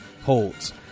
holds